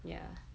ya